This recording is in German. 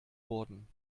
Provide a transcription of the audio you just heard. worden